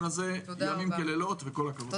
הזה ימים כלילות וכל הכבוד על העבודה.